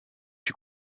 fut